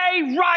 right